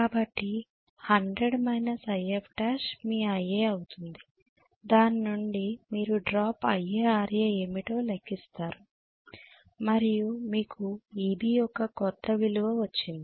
కాబట్టి 100 Ifl మీ Ia అవుతుంది దాని నుండి మీరు డ్రాప్ IaRa ఏమిటో లెక్కిస్తారు మరియు మీకు Eb యొక్క క్రొత్త విలువ వచ్చింది